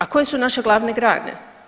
A koje su naše glavne grane?